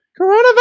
Coronavirus